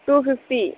two fifty